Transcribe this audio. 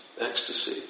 ecstasy